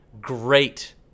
great –